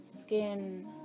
skin